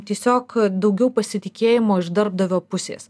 tiesiog daugiau pasitikėjimo iš darbdavio pusės